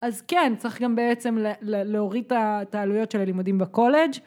אז כן צריך גם בעצם להוריד את העלויות של הלימודים בקולג'